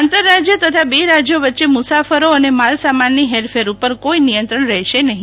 આંતર રાજ્ય તથા બે રાજ્યો વચ્ચે મુસાફરો અને માલ સામાનની હેરફેર ઉપર કોઈ નિયંત્રણ રહેશે નહીં